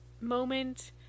moment